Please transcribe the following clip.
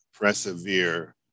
persevere